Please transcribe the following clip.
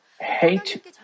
hate